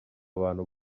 abantu